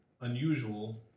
unusual